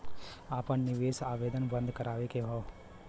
आपन निवेश आवेदन बन्द करावे के हौ?